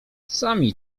sami